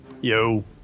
Yo